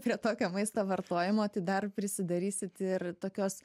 prie tokio maisto vartojimo tai dar prisidarysit ir tokios